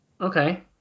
okay